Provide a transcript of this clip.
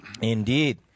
Indeed